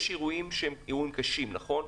יש אירועים שהם אירועים קשים, נכון?